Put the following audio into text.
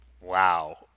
Wow